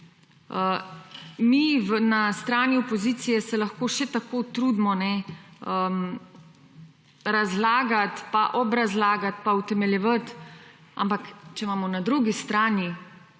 Mi, na stran opozicije se lahko še tako trudimo razlagati, pa obrazlagati, pa utemeljevati, ampak če imamo na drugi strani